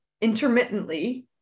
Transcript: intermittently